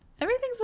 Everything's